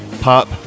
Pop